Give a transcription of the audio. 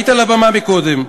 היית על הבמה קודם לכן.